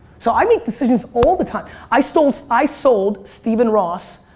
so i make decisions all the time. i sold i sold stephen ross,